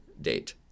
date